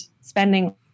spending